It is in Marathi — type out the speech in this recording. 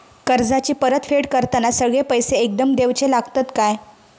कर्जाची परत फेड करताना सगळे पैसे एकदम देवचे लागतत काय?